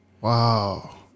Wow